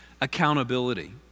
accountability